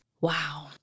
wow